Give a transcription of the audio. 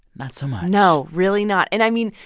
not so much no, really not. and, i mean,